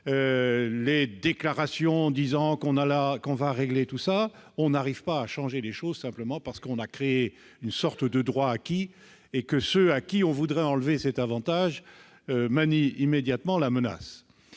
belles déclarations, les bonnes intentions, on n'arrive pas à changer les choses, parce qu'on a créé une sorte de droit acquis et que ceux à qui on voudrait retirer cet avantage manient immédiatement la menace.